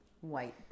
white